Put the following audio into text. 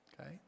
okay